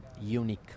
unique